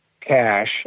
cash